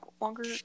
longer